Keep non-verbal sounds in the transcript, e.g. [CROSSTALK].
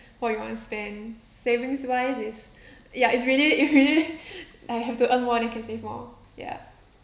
what you want to spend savings wise is ya it's really [LAUGHS] it really I have to earn more then can save more ya